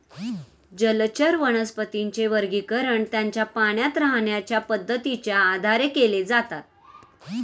जलचर वनस्पतींचे वर्गीकरण त्यांच्या पाण्यात राहण्याच्या पद्धतीच्या आधारे केले जाते